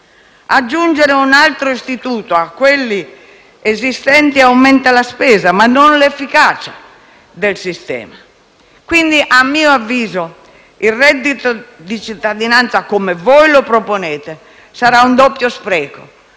Aggiungere un altro istituto a quelli esistenti aumenta la spesa, ma non l'efficacia del sistema. Quindi - a mio avviso - il reddito di cittadinanza, come voi lo proponete, sarà un doppio spreco: